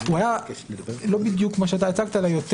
היה לא בדיוק כמו שאתה הצגת אלא יותר